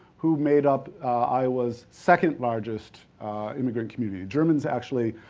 who made up iowa's second largest immigrant community. germans actually,